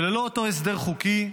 וללא אותו הסדר חוקי,